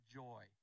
joy